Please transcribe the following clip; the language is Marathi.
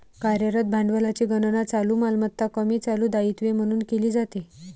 कार्यरत भांडवलाची गणना चालू मालमत्ता कमी चालू दायित्वे म्हणून केली जाते